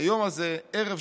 היום הזה, ערב שבת,